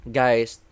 guys